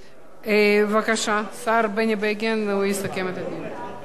אבל אני מציע באמת לחברי מסיעת קדימה לפנות,